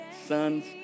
sons